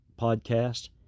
podcast